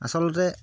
আচলতে